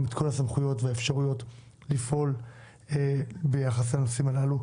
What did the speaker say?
כל הסמכויות והאפשרויות לפעול ביחס לנושאים הללו.